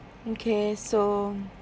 okay so